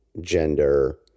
gender